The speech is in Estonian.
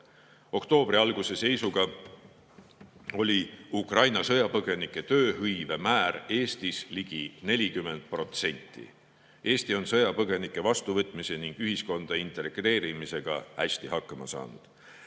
Oktoobri alguse seisuga oli Ukraina sõjapõgenike tööhõive määr Eestis ligi 40%. Eesti on sõjapõgenike vastuvõtmise ning ühiskonda integreerimisega hästi hakkama saanud.